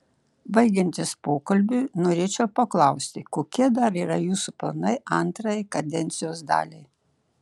baigiantis pokalbiui norėčiau paklausti kokie dar yra jūsų planai antrajai kadencijos daliai